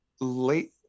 Late